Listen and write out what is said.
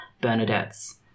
Bernadette's